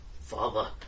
father